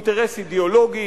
אינטרס אידיאולוגי,